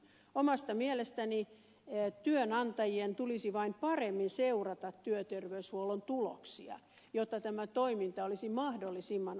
omasta mielestäni työnantajien tulisi vain paremmin seurata työterveyshuollon tuloksia jotta tämä toiminta olisi mahdollisimman optimaalista